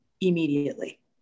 immediately